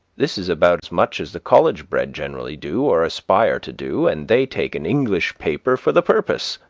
this is about as much as the college-bred generally do or aspire to do, and they take an english paper for the purpose.